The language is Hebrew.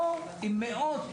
או עם מאות